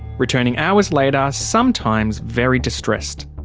returning hours later, sometimes very distressed.